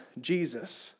Jesus